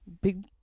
big